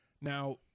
Now